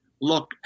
look